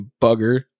bugger